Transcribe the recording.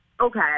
okay